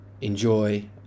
Enjoy